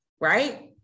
right